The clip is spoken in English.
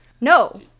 No